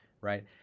Right